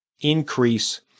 increase